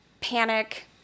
panic